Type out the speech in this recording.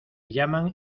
llaman